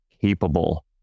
capable